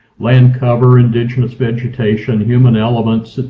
land cover, indigenous vegetation, human elements,